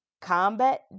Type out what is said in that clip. Combat